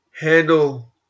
handle